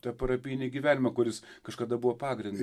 tą parapinį gyvenimą kuris kažkada buvo pagrindas